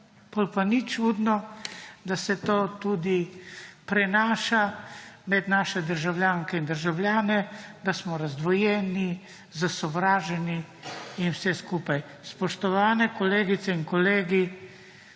pa ni čudno, da se to prenaša tudi med naše državljanke in državljane, da smo razdvojeni, sovražni in vse skupaj. Spoštovane kolegice in kolegi,